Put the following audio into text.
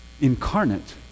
incarnate